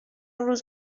روز